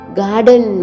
garden